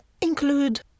include